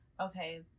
okay